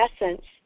essence